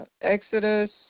exodus